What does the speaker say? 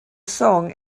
song